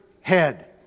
head